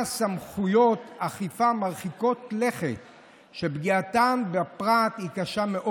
סמכויות אכיפה מרחיקות לכת שפגיעתן בפרט קשה,